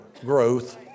growth